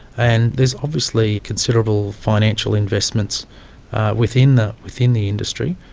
and there's obviously considerable financial investments within the within the industry.